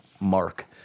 mark